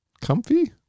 comfy